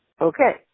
Okay